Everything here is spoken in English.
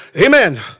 Amen